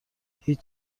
هیچ